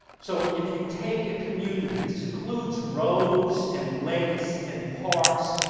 so if you take a community, this includes roads and lakes and parks.